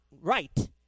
right